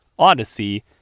Odyssey